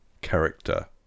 character